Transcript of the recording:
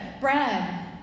bread